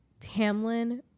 Tamlin